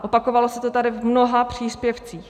Opakovalo se to tady v mnoha příspěvcích.